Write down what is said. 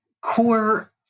core